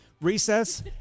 Recess